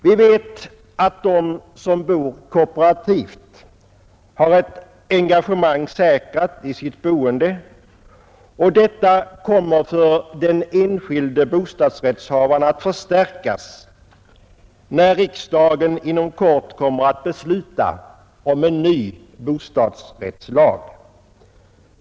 Vi vet att de som bor kooperativt har ett engagemang säkrat i sitt boende, och detta kommer för den enskilde bostadsrättsinnehavaren att förstärkas när riksdagen inom kort fattar beslut om en ny bostadsrättslag.